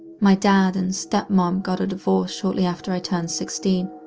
my dad and step-mom got a divorce shortly after i turned sixteen,